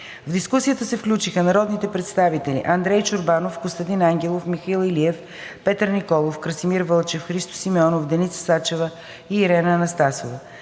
В дискусията се включиха народните представители Андрей Чорбанов, Костадин Ангелов, Михаил Илиев, Петър Николов, Красимир Вълчев, Христо Симеонов, Деница Сачева и Ирена Анастасова.